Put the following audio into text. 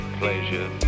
pleasure